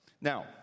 Now